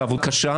זאת עבודה קשה,